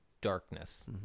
darkness